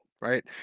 Right